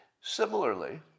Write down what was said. Similarly